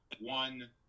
one